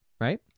right